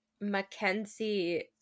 mackenzie